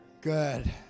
Good